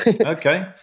okay